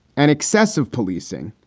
and excessive policing,